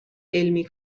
علمی